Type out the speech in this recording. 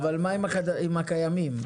אבל מה עם החשבונות הקיימים?